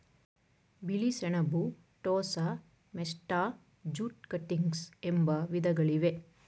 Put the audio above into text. ಬಿಳಿ ಸೆಣಬು, tossa, mesta, jute cuttings ಎಂಬ ವಿಧಗಳಿವೆ